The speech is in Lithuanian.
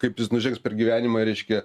kaip jis nužengs per gyvenimą reiškia